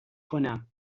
کنم